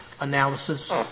analysis